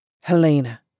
Helena